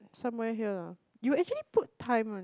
somewhere here ah you actually put time one